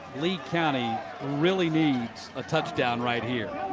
lee county really needs a touchdown right here.